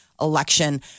election